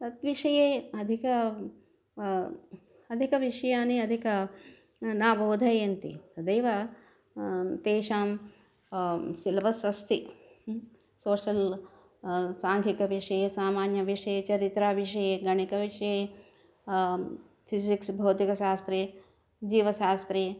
तद्विषये अधिक अधिकविषयान् अधिकान् न बोधयन्ति तदैव तेषां सिलबस् अस्ति सोशल् साङ्घिकविषये सामान्यविषये चरित्रविषये गणिकविषये फ़िसिक्स् भौतिकशास्त्रे जीवशास्त्रे